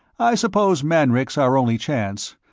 i suppose marnik's our only chance.